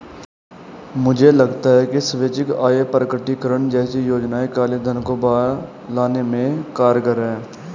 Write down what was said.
मुझे लगता है कि स्वैच्छिक आय प्रकटीकरण जैसी योजनाएं काले धन को बाहर लाने में कारगर हैं